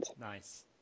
Nice